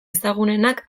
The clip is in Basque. ezagunenak